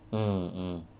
mm mm